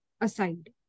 aside